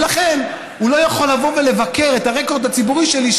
ולכן הוא לא יכול לבוא ולבקר את הרקורד הציבורי שלי,